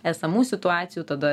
esamų situacijų tada